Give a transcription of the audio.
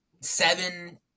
seven